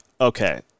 okay